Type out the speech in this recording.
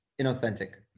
inauthentic